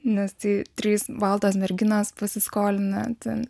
nes tai trys baltos merginos pasiskolina ten